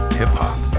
hip-hop